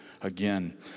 again